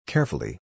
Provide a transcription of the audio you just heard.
Carefully